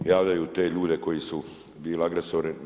Javljaju te ljude koji su bili agresori.